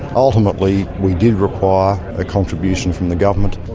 ultimately we did require a contribution from the government.